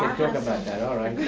talk about that, all right.